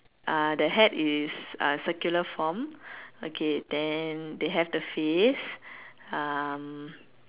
uh the hat is uh circular form okay then they have the face um